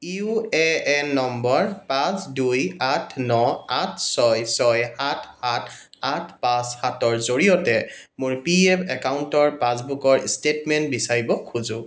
U A N number পাঁচ দুই আঠ ন আঠ ছয় ছয় সাত সাত আঠ পাঁচ সাতৰ জৰিয়তে মোৰ পি এফ একাউণ্টৰ পাছবুকৰ ষ্টে'টমেণ্ট বিচাৰিব খোজোঁ